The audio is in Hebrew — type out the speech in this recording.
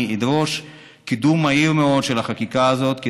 אני אדרוש קידום מהיר מאוד של החקיקה הזאת,